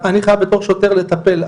אני חייב בתור שוטר לטפל,